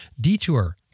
Detour